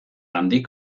handik